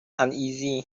uneasy